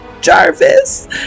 Jarvis